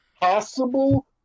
possible